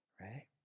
right